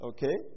Okay